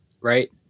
right